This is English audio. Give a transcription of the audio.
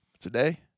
today